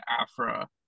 Afra